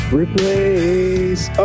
replace